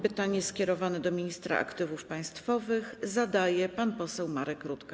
Pytanie skierowane do ministra aktywów państwowych zadaje pan poseł Marek Rutka.